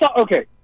okay